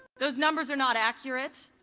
those numbers are not accurate.